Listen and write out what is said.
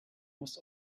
muss